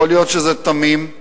יכול להיות שזה תמים.